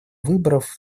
выборов